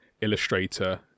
illustrator